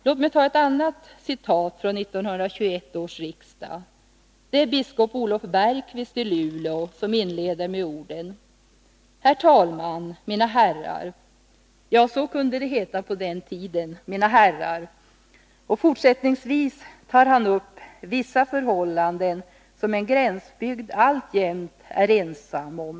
Låt mig ta ett annat citat från 1921 års riksdag. Det är biskop Olof Bergqvist i Luleå, som inleder med orden: ”Herr talman, mina herrar ——-—.” Ja, så kunde det heta på den tiden — ”Mina herrar”. Fortsättningsvis tar han upp vissa förhållanden som en gränsbygd alltjämt är ensam om.